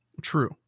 True